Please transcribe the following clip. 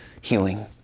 healing